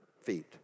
feet